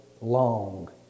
long